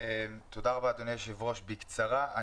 אדוני היושב ראש, בקצרה.